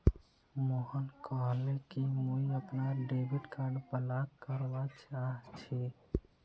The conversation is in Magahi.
मोहन कहले कि मुई अपनार डेबिट कार्ड ब्लॉक करवा चाह छि